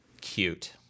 Cute